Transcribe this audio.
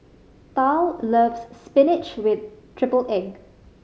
Tal loves spinach with triple egg